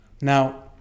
Now